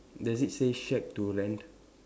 does it say shack to rent